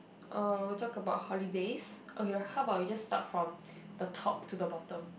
uh we talk about holidays okay how about we just start from the top to the bottom